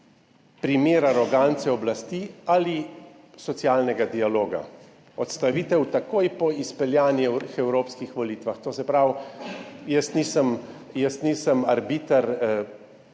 primer arogance oblasti ali socialnega dialoga? Odstavitev takoj po izpeljanih evropskih volitvah. To se pravi, jaz nisem arbiter